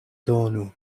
donu